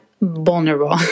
vulnerable